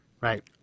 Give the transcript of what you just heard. right